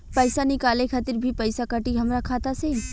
पईसा निकाले खातिर भी पईसा कटी हमरा खाता से?